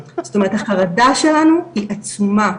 זאת אומרת החרדה שלנו היא עצומה,